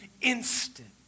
instant